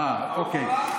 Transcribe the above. אה, אוקיי.